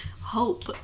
Hope